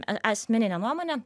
asmeninė nuomonė